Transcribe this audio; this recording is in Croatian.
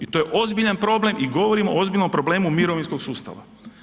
I to je ozbiljan problem i govorimo o ozbiljnom problemu mirovinskog sustava.